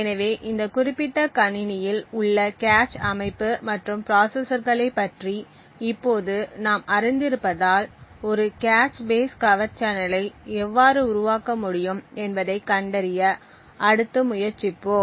எனவே இந்த குறிப்பிட்ட கணிணியில் உள்ள கேச் அமைப்பு மற்றும் ப்ராசசர்களைப் பற்றி இப்போது நாம் அறிந்திருப்பதால் ஒரு கேச் பேஸ் கவர்ட் சேனலை எவ்வாறு உருவாக்க முடியும் என்பதைக் கண்டறிய அடுத்து முயற்சிப்போம்